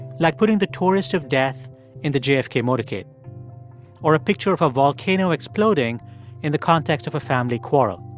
like putting the tourist of death in the jfk motorcade or a picture of a volcano exploding in the context of a family quarrel.